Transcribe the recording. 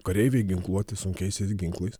kareiviai ginkluoti sunkiaisiais ginklais